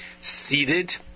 seated